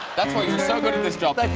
that's why you're so good at this job.